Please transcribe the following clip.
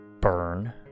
Burn